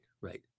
right